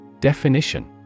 Definition